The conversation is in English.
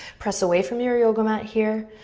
press away from your yoga mat here,